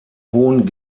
hohen